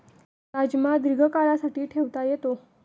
राजमा दीर्घकाळासाठी ठेवता येतो